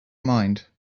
mind